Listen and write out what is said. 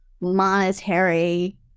monetary